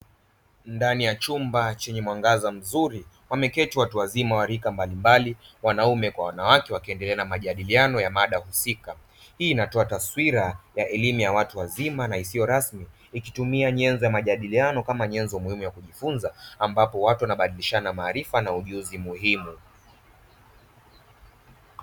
Ndani ya chumba chenye mwangaza mzuri wameketi watu wazima wa rika mbalimbali wanaume kwa wanawake wakiendelea na majadiliano ya mada husika. Hii inatoa taswira ya elimu ya watu wazima na isiyo rasmi ikitumia nyenzo ya majadiliano kama nyenzo muhimu ya kujifunza ambapo watu wanabadilishana maarifa na ujuzi muhimu.